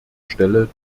stelle